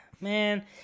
man